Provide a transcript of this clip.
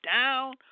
down